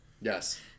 yes